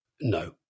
no